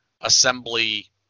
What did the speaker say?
assembly